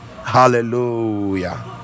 Hallelujah